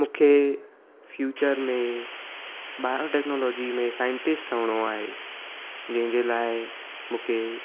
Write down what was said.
मूंखे फ्यूचर में ॿाहिरो टैक्नोलॉजीअ में साइंटिस्ट ठहिणो आहे जंहिंजे लाइ मूंखे